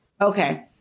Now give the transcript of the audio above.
Okay